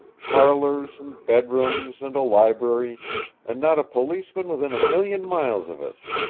parlors, and bed-rooms, and a library and not a policeman within a million miles of us.